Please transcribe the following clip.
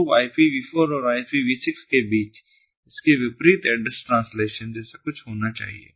तो IPV4 और IPV6 के बीच और इसके विपरीत एड्रेस ट्रांसलेशन जैसा कुछ होना चाहिए